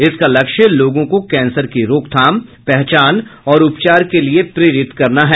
इसका लक्ष्य लोगों को कैंसर की रोकथाम पहचान और उपचार के लिए प्रेरित करना है